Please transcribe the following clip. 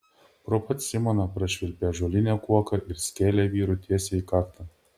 pro pat simoną prašvilpė ąžuolinė kuoka ir skėlė vyrui tiesiai į kaktą